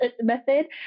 method